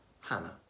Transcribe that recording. Hannah